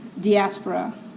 diaspora